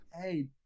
Hey